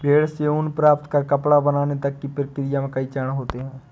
भेड़ से ऊन प्राप्त कर कपड़ा बनाने तक की प्रक्रिया में कई चरण होते हैं